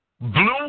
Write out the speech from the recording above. Blue